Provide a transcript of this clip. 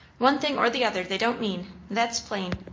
one thing or the other they don't mean that's plain.